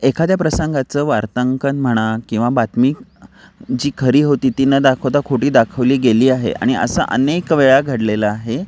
एखाद्या प्रसंगाचं वार्तांकन म्हणा किंवा बातमी जी खरी होती ती न दाखवता खोटी दाखवली गेली आहे आणि असं अनेक वेळा घडलेलं आहे